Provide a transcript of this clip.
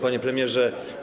Panie Premierze!